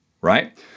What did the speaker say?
right